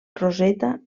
roseta